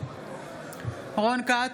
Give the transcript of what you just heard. רון כץ,